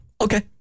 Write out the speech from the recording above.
Okay